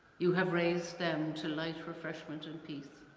you have raised them to light, refreshment, and peace.